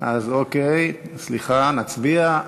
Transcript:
סליחה, נצביע.